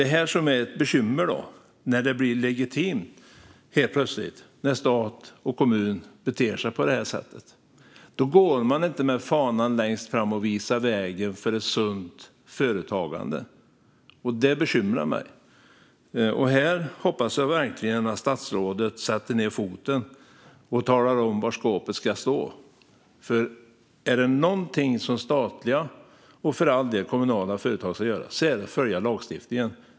Det är ett bekymmer när det blir legitimt att stat och kommun beter sig på detta sätt. Då går man inte med fanan längst fram och visar vägen för ett sunt företagande. Detta bekymrar mig. Jag hoppas verkligen att statsrådet sätter ned foten och talar om var skåpet ska stå, för är det något statliga och kommunala företag ska göra är det att följa lagstiftningen.